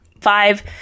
Five